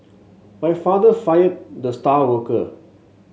my father fired the star worker